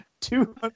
two